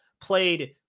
played